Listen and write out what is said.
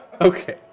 Okay